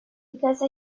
because